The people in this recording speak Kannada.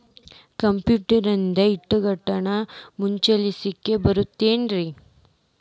ಕಂಪ್ಯೂಟರ್ನಿಂದ್ ಇಡಿಗಂಟನ್ನ ಮುಚ್ಚಸ್ಲಿಕ್ಕೆ ಬರತೈತೇನ್ರೇ?